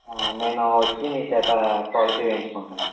నేను వచ్చి మీ చేత పోలసీ వేయించుకుంటాను